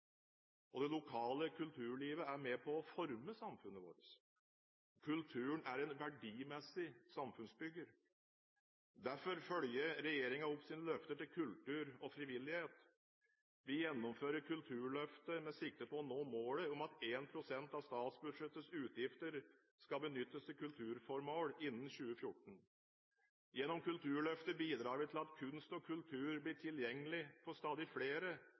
og i det lokale kulturlivet er med på å forme samfunnet vårt. Kulturen er en verdimessig samfunnsbygger. Derfor følger regjeringen opp sine løfter til kultur og frivillighet. Vi gjennomfører Kulturløftet med sikte på å nå målet om at 1 pst. av statsbudsjettets utgifter skal benyttes til kulturformål innen 2014. Gjennom Kulturløftet bidrar vi til at kunst og kultur blir tilgjengelig for stadig flere,